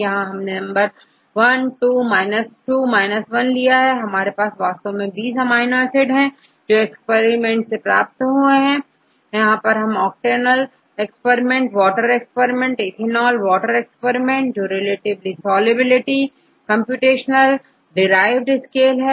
यहां हमने नंबर12 2 1 दिए हैं किंतु हमारे पास वास्तव में20 अमीनो एसिड रेसिड्यूज हैं जो एक्सपेरिमेंट के द्वारा प्राप्त हुए हैं यह चाहे octanol experiment water experiment ethanol water experiment जो रिलेटिव सॉल्युबिलिटी या कंप्यूटेशनल DERIVED स्केल है